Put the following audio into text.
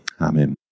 Amen